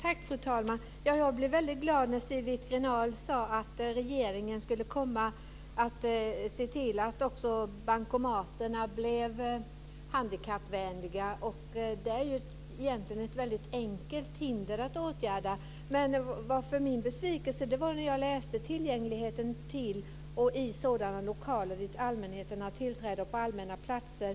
Fru talman! Jag blev väldigt glad när Siw Wittgren-Ahl sade att regeringen skulle komma att se till att också bankomaterna blev handikappvänliga. Det är ju egentligen ett enkelt hinder att åtgärda. Men jag blev besviken när jag läste rapporten Tillgängligheten till och i sådana lokaler dit allmänheten har tillträde och på allmänna platser.